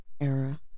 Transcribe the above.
era